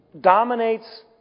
dominates